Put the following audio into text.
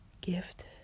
gift